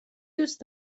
دوست